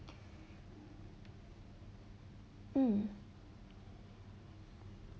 mm